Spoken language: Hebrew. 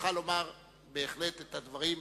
זכותך בהחלט לומר את הדברים.